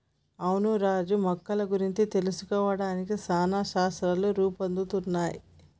అవును రాజు మొక్కల గురించి తెలుసుకోవడానికి చానా శాస్త్రాలు రూపొందుతున్నయ్